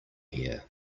here